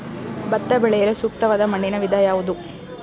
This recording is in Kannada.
ಭತ್ತ ಬೆಳೆಯಲು ಸೂಕ್ತವಾದ ಮಣ್ಣಿನ ವಿಧ ಯಾವುದು?